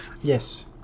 Yes